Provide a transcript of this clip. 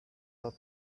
old